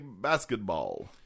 basketball